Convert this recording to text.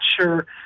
sure